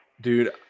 Dude